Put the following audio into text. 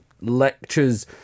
lectures